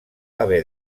haver